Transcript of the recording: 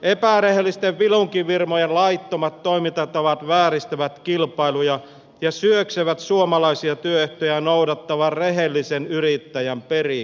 epärehellisten vilunkifirmojen laittomat toimintatavat vääristävät kilpailuja ja syöksevät suomalaisia työehtoja noudattavan rehellisen yrittäjän perikatoon